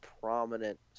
prominent